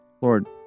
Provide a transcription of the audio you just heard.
Lord